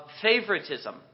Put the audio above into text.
favoritism